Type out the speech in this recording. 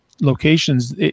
locations